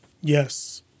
Yes